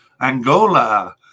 Angola